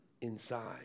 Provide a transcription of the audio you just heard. inside